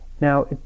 Now